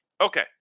Okay